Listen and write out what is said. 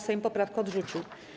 Sejm poprawkę odrzucił.